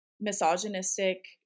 misogynistic